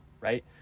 Right